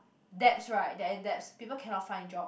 debts right they are in debts people cannot find jobs